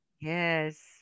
Yes